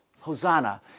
Hosanna